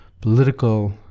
political